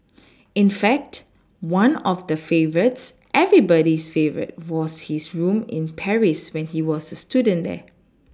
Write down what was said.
in fact one of the favourites everybody's favourite was his room in Paris when he was a student there